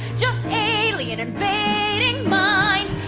just alien invading minds.